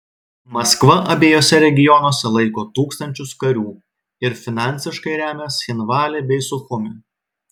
maskva abiejuose regionuose laiko tūkstančius karių ir finansiškai remia cchinvalį bei suchumį